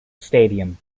stadium